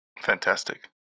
Fantastic